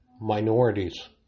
minorities